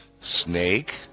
Snake